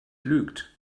lügt